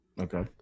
Okay